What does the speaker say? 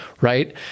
right